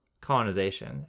colonization